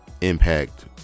Impact